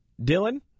Dylan